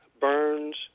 burns